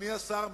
אדוני השר,